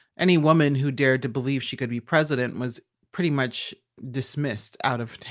any woman who dared to believe she could be president was pretty much dismissed out of